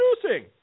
producing